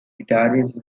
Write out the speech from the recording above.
guitarist